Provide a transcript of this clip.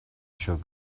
шүү